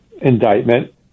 indictment